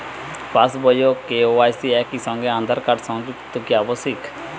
পাশ বই ও কে.ওয়াই.সি একই সঙ্গে আঁধার কার্ড সংযুক্ত কি আবশিক?